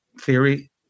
theory